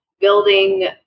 building